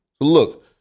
Look